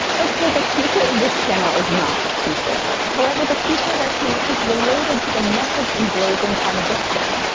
ok, the future of this channel is not t-shirts, however the future of our channel is related to the message emblazoned on this one,